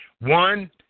One